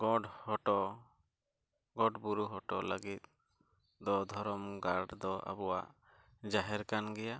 ᱜᱚᱰ ᱦᱚᱴᱚ ᱜᱚᱴ ᱵᱩᱨᱩ ᱦᱚᱴᱚ ᱞᱟᱹᱜᱤᱫ ᱫᱚ ᱫᱷᱚᱨᱚᱢ ᱜᱟᱲ ᱫᱚ ᱟᱵᱚᱣᱟᱜ ᱡᱟᱦᱮᱨ ᱠᱟᱱ ᱜᱮᱭᱟ